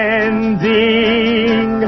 ending